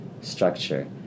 structure